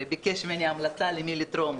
וביקש ממני המלצה למי לתרום,